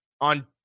on